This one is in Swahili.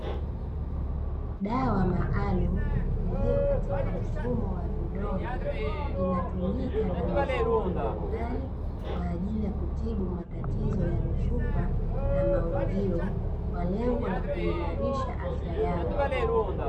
Dawa maalumu iliyo katika mfumo wa vidonge, inatumika na mifugo mbalimbali, kwa ajili ya kutibu matatizo ya mifupa na maungio, kwa lengo la kuimarisha afya yao.